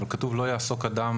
אבל כתוב: "לא יעסוק אדם,